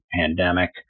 pandemic